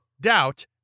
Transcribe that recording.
doubt